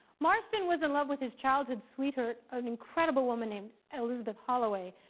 marston was in love with his childhood sweetheart, an incredible woman named elizabeth holloway,